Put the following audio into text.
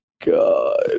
god